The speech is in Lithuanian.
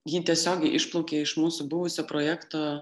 ji tiesiogiai išplaukė iš mūsų buvusio projekto